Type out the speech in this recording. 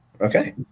Okay